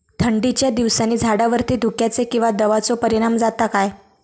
थंडीच्या दिवसानी झाडावरती धुक्याचे किंवा दवाचो परिणाम जाता काय?